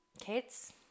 kids